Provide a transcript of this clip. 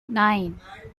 nine